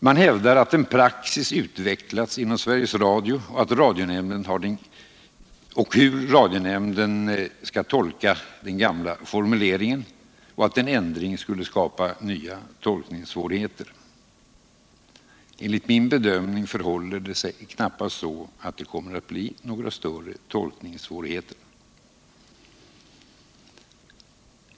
Man hävdar att en praxis utvecklats inom Sveriges Radio och radionämnden för hur den gamla formuleringen skall tolkas samt att en ändring skulle skapa nya tolkningssvårigheter. Enligt min bedömning förhåller det sig knappast så, att det kommer att bli några större tolkningssvårigheter.